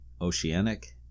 Oceanic